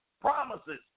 promises